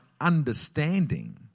understanding